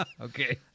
Okay